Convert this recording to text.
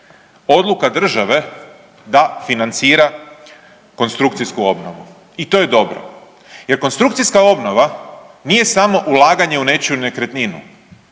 odluka države da financira konstrukcijsku obnovu i to je dobro jer konstrukcijska obnova nije samo ulaganje u nečiju nekretninu